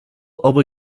over